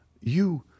You